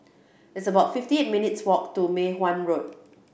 it's about fifty eight minutes' walk to Mei Hwan Road